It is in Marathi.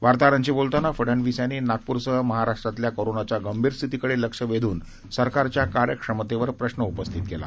वार्ताहरांशी बोलताना फडनवीस यांनी नागपूरसह महाराष्ट्रातल्या कोरोनाच्या गंभीर स्थितीकडे लक्ष वेधून सरकारच्या कार्यक्षमतेवर प्रश्र उपस्थित केला